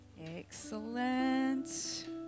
Excellent